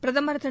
பிரதமர் திரு